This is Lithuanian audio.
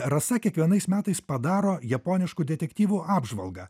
rasa kiekvienais metais padaro japoniškų detektyvų apžvalgą